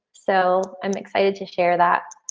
so i'm excited to share that